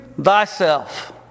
thyself